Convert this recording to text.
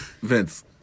Vince